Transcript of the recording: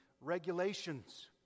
regulations